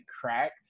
cracked